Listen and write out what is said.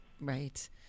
Right